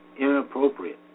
inappropriate